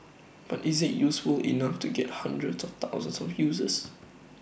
but is IT useful enough to get hundreds of thousands of users